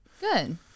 Good